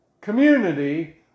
community